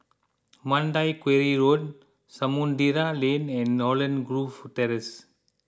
Mandai Quarry Road Samudera Lane and Holland Grove Terrace